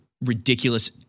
ridiculous